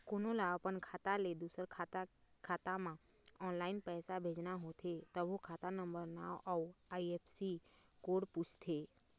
कोनो ल अपन खाता ले दूसर के खाता म ऑनलाईन पइसा भेजना होथे तभो खाता नंबर, नांव अउ आई.एफ.एस.सी कोड पूछथे